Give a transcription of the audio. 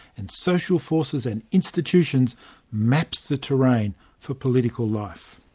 and social forces and institutions maps the terrain for political life.